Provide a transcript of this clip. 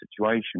situation